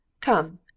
Come